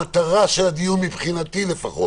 מטרת הדיון מבחינתי לפחות